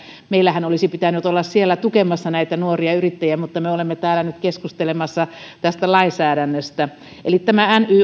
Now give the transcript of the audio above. meidänhän olisi pitänyt olla siellä tukemassa näitä nuoria yrittäjiä mutta me olemme täällä nyt keskustelemassa tästä lainsäädännöstä eli tämä ny